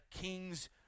kings